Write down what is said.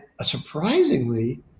surprisingly